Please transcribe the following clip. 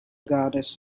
goddesses